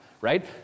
right